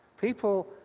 people